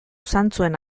zantzuen